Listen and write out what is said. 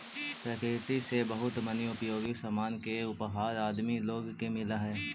प्रकृति से बहुत मनी उपयोगी सामान के उपहार आदमी लोग के मिलऽ हई